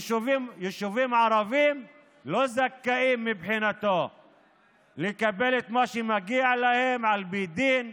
יישובים ערביים לא זכאים מבחינתו לקבל את מה שמגיע להם על פי דין,